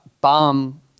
bomb